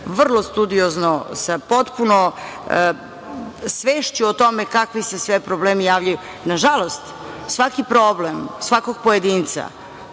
vrlo studiozno i sa potpuno svešću o tome kakvi se sve problemi javljaju. Nažalost, svaki problem svakog pojedinca